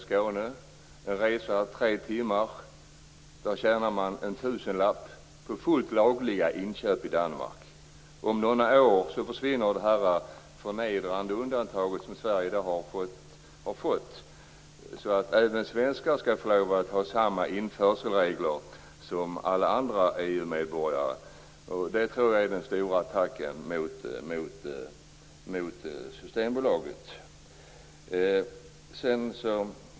Under en resa på tre timmar tjänar man en tusenlapp genom fullt lagliga inköp i Danmark. Om några år försvinner det förnedrande undantaget som Sverige har fått. Då får även svenskar lov att få ha samma införselregler som alla andra EU medborgare. Det kommer nog att bli den stora attacken mot Systembolaget.